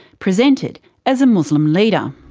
presented as a muslim leader.